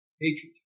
Hatred